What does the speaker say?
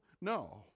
No